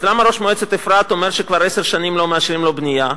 אז למה ראש מועצת אפרת אומר שכבר עשר שנים לא מאשרים לו בנייה?